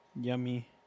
Yummy